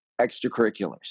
extracurriculars